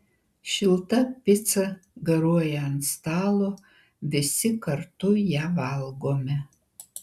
šilta pica garuoja ant stalo visi kartu ją valgome